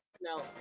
No